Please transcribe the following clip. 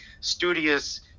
studious